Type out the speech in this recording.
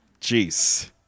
jeez